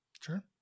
Sure